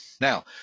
Now